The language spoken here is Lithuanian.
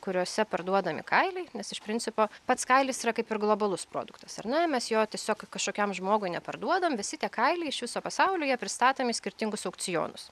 kuriuose parduodami kailiai nes iš principo pats kailis yra kaip ir globalus produktas ar ne mes jo tiesiog kažkokiam žmogui neparduodam visi tie kailiai iš viso pasaulio jie pristatomi į skirtingus aukcionus